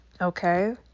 Okay